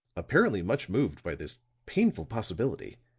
apparently much moved by this painful possibility